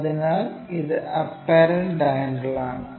അതിനാൽ ഇത് apparent angle ആണ്